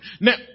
Now